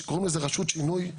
קוראים לזה רשות שינוי.